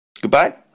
Goodbye